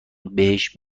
بهش